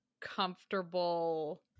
comfortable